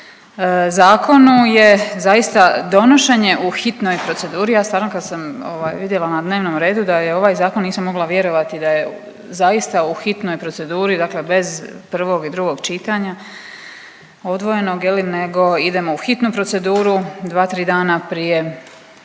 zakonu je zaista donošenje u hitnoj proceduri. Ja stvarno kad sam vidjela na dnevnom redu da je ovaj zakon nisam mogla vjerovati da je zaista u hitnoj proceduri, dakle bez prvog i drugog čitanja odvojenog, je li nego idemo u hitnu proceduru dva, tri dana prije